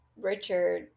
Richard